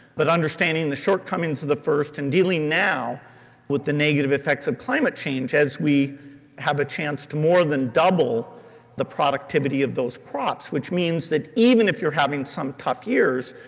but understanding the shortcomings of the first and dealing now with the negative effects of climate change as we have a chance to more than double the productivity of those crops, which means that even if you're having some tough years,